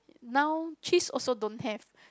now cheese also don't have